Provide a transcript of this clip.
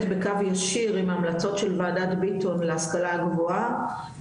בקו ישיר המלצות של וועדת ביטון להשכלה הגבוהה,